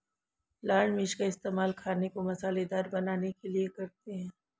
लाल मिर्च का इस्तेमाल खाने को मसालेदार बनाने के लिए करते हैं